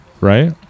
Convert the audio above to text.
Right